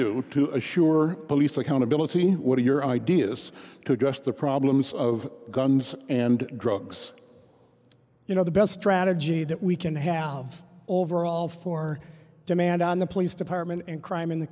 do to assure police accountability what are your ideas to address the problem of guns and drugs you know the best strategy that we can have overall for demand on the police department and crime in the